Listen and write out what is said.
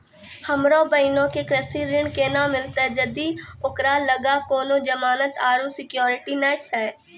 हमरो बहिनो के कृषि ऋण केना मिलतै जदि ओकरा लगां कोनो जमानत आरु सिक्योरिटी नै छै?